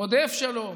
רודף שלום,